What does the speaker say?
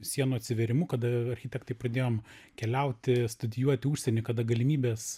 sienų atsivėrimu kada architektai pradėjom keliauti studijuoti užsieny kada galimybės